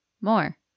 more